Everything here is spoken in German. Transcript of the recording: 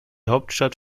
hauptstadt